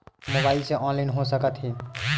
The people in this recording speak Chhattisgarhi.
मोबाइल से ऑनलाइन हो सकत हे?